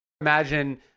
Imagine